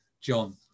John